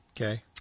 Okay